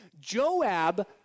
Joab